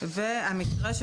גם המקרה,